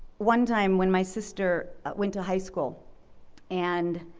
one time when my sister went to high school and